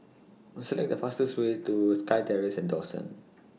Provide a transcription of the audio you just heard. Select The fastest Way to Sky Terrace and Dawson